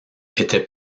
était